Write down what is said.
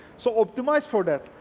so optimize for that.